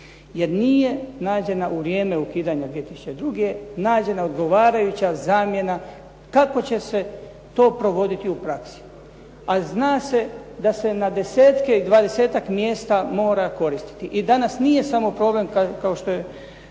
jer nije nađena u vrijeme ukidanja 2002. odgovarajuća zamjena kako će se to provoditi u praksi. A zna se da se na desetke, dvadesetak mjesta mora koristiti. I danas nije samo problem kao što je